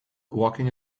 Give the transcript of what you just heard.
walking